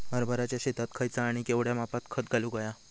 हरभराच्या शेतात खयचा आणि केवढया मापात खत घालुक व्हया?